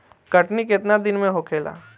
कटनी केतना दिन में होखेला?